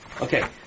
Okay